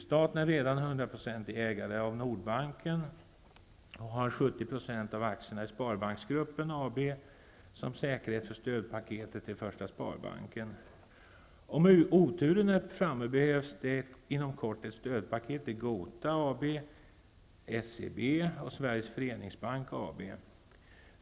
Staten är redan hundraprocentig ägare av Nordbanken och har 70 % av aktierna i Sparbanksgruppen AB som säkerhet för stödpaketet till Första Sparbanken. Om oturen är framme behövs det inom kort ett stödpaket till Gota AB, SEB och Sveriges Föreningsbank AB.